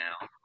now